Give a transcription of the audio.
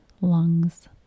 lungs